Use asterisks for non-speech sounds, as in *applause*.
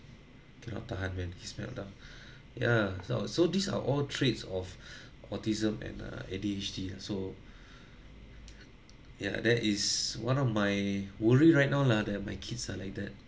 cannot tahan man his meltdown *breath* ya so so these are all traits of *breath* autism and uh A_D_H_D ah so *breath* ya that is one of my worry right now lah that my kids are like that